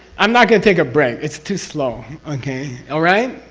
i'm not going to take a break. it's too slow. okay? alright?